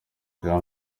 jean